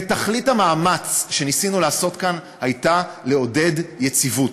ותכלית המאמץ שניסינו לעשות כאן הייתה לעודד יציבות.